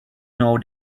know